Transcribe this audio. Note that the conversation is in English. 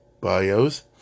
bios